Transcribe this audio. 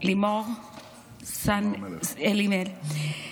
לימור סון הר מלך.